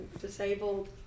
disabled